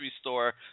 store